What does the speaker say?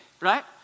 right